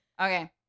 Okay